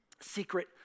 secret